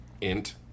int